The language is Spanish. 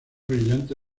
brillante